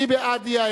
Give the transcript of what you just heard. מי בעד האי-אמון?